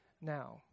now